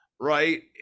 right